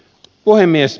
puhemies